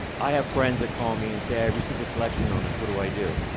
i have friends that call me and say, i received a collection notice. what do i do?